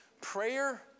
Prayer